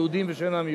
יהודים ושאינם יהודים.